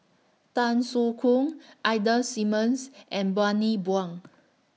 Tan Soo Khoon Ida Simmons and Bani Buang